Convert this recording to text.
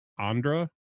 Andra